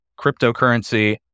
cryptocurrency